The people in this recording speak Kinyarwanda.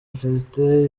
mfite